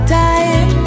time